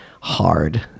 Hard